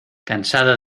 cansado